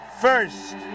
first